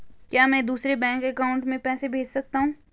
क्या मैं दूसरे बैंक अकाउंट में पैसे भेज सकता हूँ?